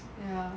ya